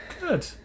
Good